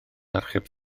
archeb